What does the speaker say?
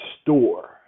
store